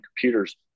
computers